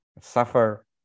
Suffer